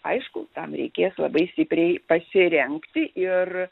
aišku tam reikės labai stipriai pasirengti ir